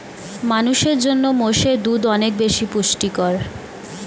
মানুষের জন্য মোষের দুধ অনেক বেশি পুষ্টিকর